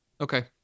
okay